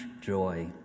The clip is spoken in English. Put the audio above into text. joy